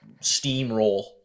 steamroll